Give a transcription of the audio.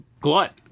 glut